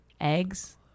eggs